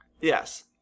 Yes